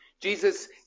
Jesus